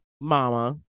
Mama